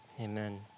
amen